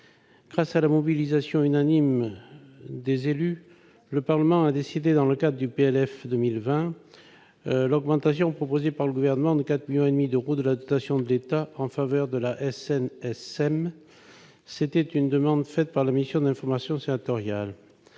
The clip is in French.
Grâce à la mobilisation unanime des élus, le Parlement a adopté, dans le cadre du projet de loi de finances pour 2020, l'augmentation, proposée par le Gouvernement, de 4,5 millions d'euros de la dotation de l'État en faveur de la SNSM, conformément à une demande faite par la mission d'information sénatoriale.